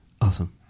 Awesome